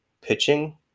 pitching